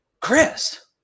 Chris